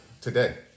Today